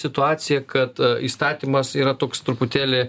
situacija kad įstatymas yra toks truputėlį